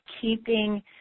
keeping